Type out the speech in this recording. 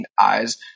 eyes